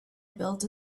built